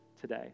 today